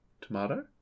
tomato